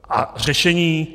A řešení?